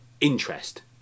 interest